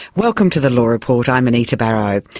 welcome to the law report, i'm anita barraud.